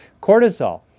cortisol